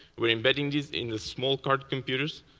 we're embedding these in the small card computers,